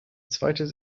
zweites